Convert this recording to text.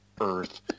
earth